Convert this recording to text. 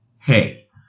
hey